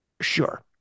sure